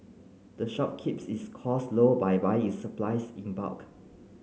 the shop keeps its cost low by buying its supplies in bulk